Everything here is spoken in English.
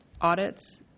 audits